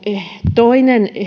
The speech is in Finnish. toinen